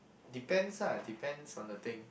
depends ah depends on the thing